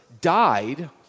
died